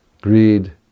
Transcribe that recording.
greed